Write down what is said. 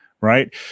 right